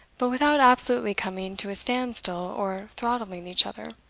but without absolutely coming to a stand-still or throttling each other.